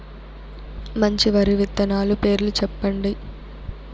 మంచి వరి విత్తనాలు పేర్లు చెప్పండి?